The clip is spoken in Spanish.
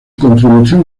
contribución